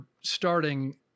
starting